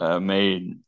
made